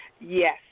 Yes